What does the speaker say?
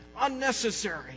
unnecessary